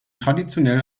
traditionell